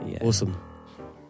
Awesome